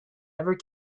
ever